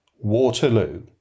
Waterloo